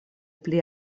pli